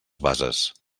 bases